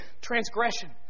transgression